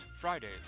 Fridays